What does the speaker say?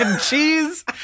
Cheese